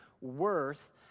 worth